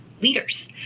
leaders